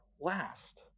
last